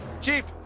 Chief